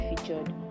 featured